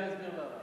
אני אסביר למה.